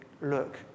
look